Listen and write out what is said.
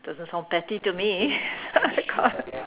doesn't sound petty to me